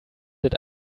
that